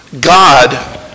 God